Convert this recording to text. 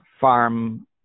farm